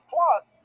Plus